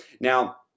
now